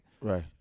Right